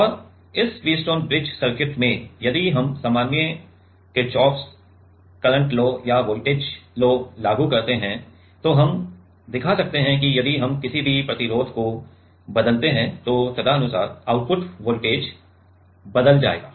और इस Wheatstone bridge circuit में यदि हम सामान्य किरचॉफ करंट लॉ या वोल्टेज लॉ लागू करते हैं तो हम दिखा सकते हैं कि यदि हम किसी भी प्रतिरोध को बदलते हैं तो तदनुसार आउटपुट वोल्टेज बदल जाएगा